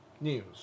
News